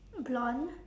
blonde